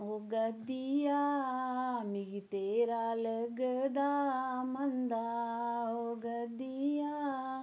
ओ गद्दिया मिगी तेरा लगदा मंदा ओ गद्दिया